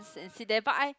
and sit there but I